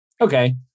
okay